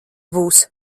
būs